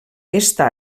està